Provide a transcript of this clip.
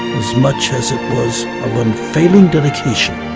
as much as it was of unfailing dedication,